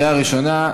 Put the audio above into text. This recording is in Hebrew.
בקריאה ראשונה.